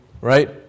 right